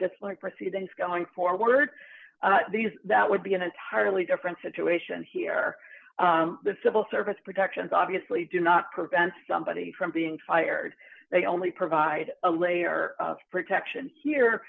disliked proceedings going forward that would be an entirely different situation here the civil service protections obviously do not prevent somebody from being fired they only provide a layer of protection here